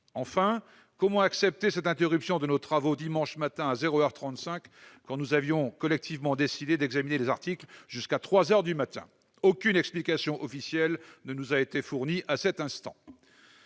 Enfin, comment accepter cette interruption de nos travaux dimanche matin à zéro heure trente-cinq, quand nous avions collectivement décidé d'examiner les articles jusqu'à trois heures du matin ? Aucune explication officielle ne nous a été fournie à cette